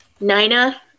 Nina